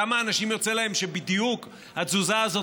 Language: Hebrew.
לכמה אנשים יוצא שבדיוק התזוזה הזאת